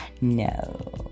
no